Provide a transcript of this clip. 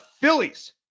Phillies